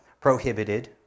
prohibited